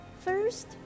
First